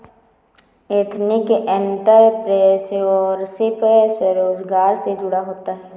ethnic entrepreneurship स्वरोजगार से जुड़ा होता है